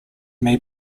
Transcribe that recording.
may